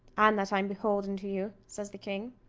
and that i'm beholden to you, says the king.